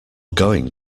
going